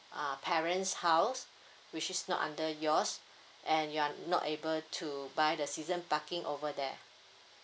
uh parents' house which is not under yours and you are not able to buy the season parking over there